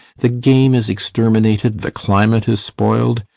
the game is exterminated, the climate is spoiled,